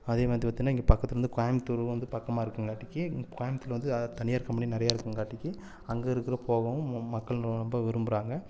அதே மாரி பார்த்திங்கன்னா இங்கே பக்கத்தில் வந்து கோயமுத்தூர் வந்து பக்கமாக இருக்கங்காட்டிக்கி கோயமுத்தூரில் அ வந்து தனியார் கம்பெனி நிறையா இருக்கறங்காட்டிக்கு அங்கே இருக்கிற போகவும் மக்கள் ரொம்ப விரும்புகிறாங்க